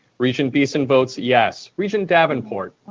regent beeson votes yes. regent davenport?